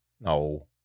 No